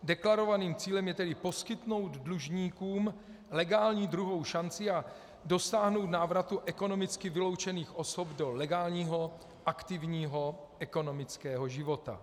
Deklarovaným cílem je tedy poskytnout dlužníkům legální druhou šanci a dosáhnout návratu ekonomicky vyloučených osob do legálního aktivního ekonomického života.